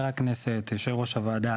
חבר הכנסת, יושב-ראש הוועדה.